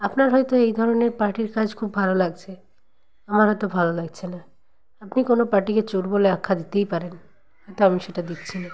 আপনার হয়তো এই ধরনের পার্টির কাজ খুব ভালো লাগছে আমার হয়তো ভালো লাগছে না আপনি কোনো পার্টিকে চোর বলে আখ্যা দিতেই পারেন হয়তো আমি সেটা দিচ্ছি না